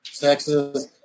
Texas